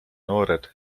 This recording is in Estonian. noored